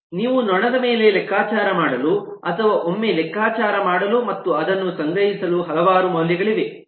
ನೀವು ನೊಣದ ಮೇಲೆ ಲೆಕ್ಕಾಚಾರ ಮಾಡಲು ಅಥವಾ ಒಮ್ಮೆ ಲೆಕ್ಕಾಚಾರ ಮಾಡಲು ಮತ್ತು ಅದನ್ನು ಸಂಗ್ರಹಿಸಲು ಹಲವಾರು ಮೌಲ್ಯಗಳಿವೆ